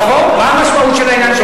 מה המשמעות של העניין,